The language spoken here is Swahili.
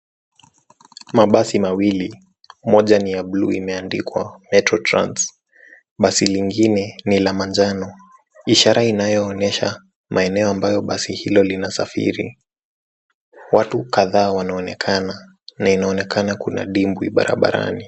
Mabasi mawili, moja ni ya buluu imeandikwa, metro trans, basi lingine ni la manjano. Ishara inayoonyesha maeneo ambayo basi hilo linasafiri. Watu kadhaa wanaonekana na inaonekana kuna dimbwi barabrani.